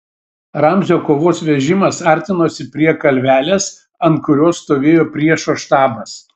ramzio kovos vežimas artinosi prie kalvelės ant kurios stovėjo priešo štabas